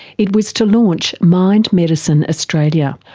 it was to launch mind medicine australia,